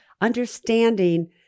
understanding